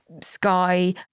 Sky